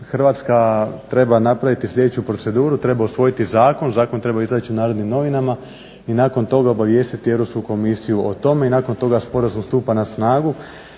Hrvatska treba napraviti sljedeću proceduru, treba usvojiti zakon, zakon treba izaći u NN i nakon toga obavijestiti Europsku komisiju o tome i nakon toga sporazum stupa na snagu.